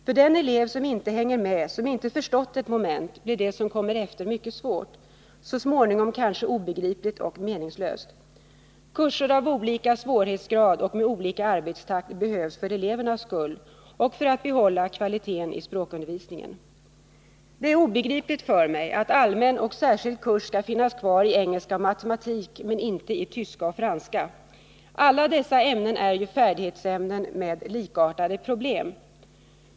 För den elev som inte hänger med blir det som kommer efter mycket svårt, så småningom kanske obegripligt och meningslöst. Kurser av olika svårighetsgrad och med olika arbetstakt behövs för elevernas skull och för att bibehålla kvaliteten i språkundervisningen. Det är obegripligt för mig att allmän och särskild kurs skall finnas kvar i engelska och matematik men inte i tyska och franska. Alla dessa ämnen är ju färdighetsämnen med likartade problem.